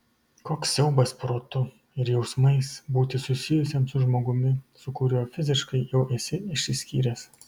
koks siaubas protu ir jausmais būti susijusiam su žmogumi su kuriuo fiziškai jau esi išsiskyręs